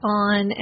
on